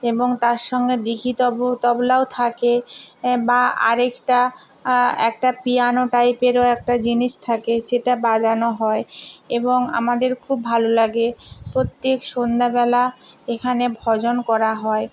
এবং তার সঙ্গে ডুগি তবলাও থাকে বা আরেকটা একটা পিয়ানো টাইপেরও একটা জিনিস থাকে সেটা বাজানো হয় এবং আমাদের খুব ভালো লাগে প্রত্যেক সন্ধ্যাবেলা এখানে ভজন করা হয়